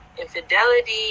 Infidelity